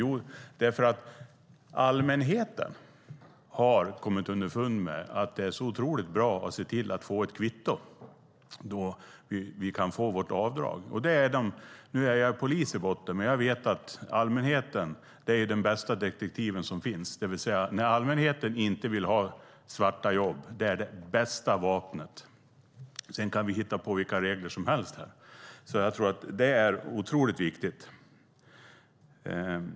Jo, därför att allmänheten har kommit underfund med att det är otroligt bra att se till att få ett kvitto så att man kan få sitt avdrag. Jag är polis i botten. Jag vet att allmänheten är den bästa detektiv som finns. Det bästa vapnet är när allmänheten inte vill ha svarta jobb. Vi kan hitta på vilka regler som helst här, men jag tror att det är otroligt viktigt.